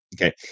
Okay